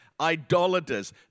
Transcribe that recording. idolaters